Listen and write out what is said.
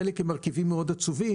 חלק הם מרכיבים מאוד עצובים,